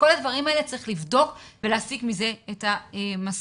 את כל הדברים האלה צריך לבדוק ולהסיק מזה את המסקנות.